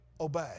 obey